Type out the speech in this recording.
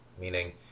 meaning